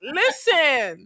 listen